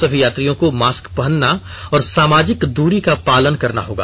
सभी यात्रियों को मास्क पहनना और सामाजिक दूरी का अनुपालन करना होगा